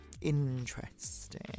interesting